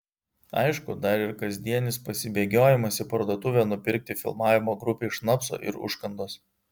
aišku dar ir kasdienis pasibėgiojimas į parduotuvę nupirkti filmavimo grupei šnapso ir užkandos